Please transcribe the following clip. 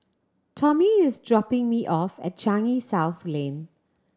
Tommy is dropping me off at Changi South Lane